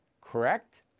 correct